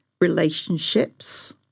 relationships